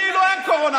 כאילו אין קורונה.